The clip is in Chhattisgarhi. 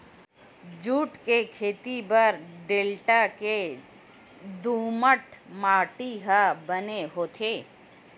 जूट के खेती बर डेल्टा के दुमट माटी ह बने होथे